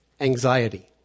anxiety